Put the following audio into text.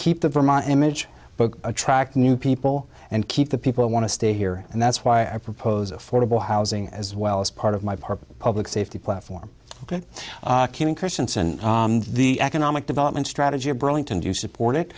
keep the vermont image but attract new people and keep the people who want to stay here and that's why i propose affordable housing as well as part of my public safety platform that christianson the economic development strategy of burlington to support it